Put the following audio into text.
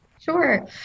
Sure